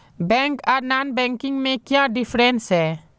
Bank आर non banking में क्याँ डिफरेंस है?